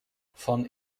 van